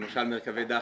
למשל מרכבי דחס,